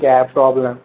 क्या है प्रॉब्लम